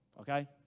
Okay